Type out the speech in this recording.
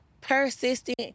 persistent